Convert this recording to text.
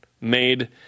made